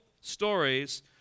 stories